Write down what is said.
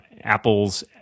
Apple's